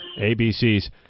ABC's